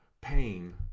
pain